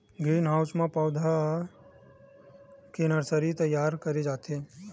green house म पउधा मन के नरसरी तइयार करे जाथे